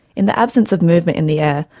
in the absence of movement in the air,